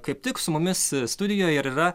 kaip tik su mumis studijoje ir yra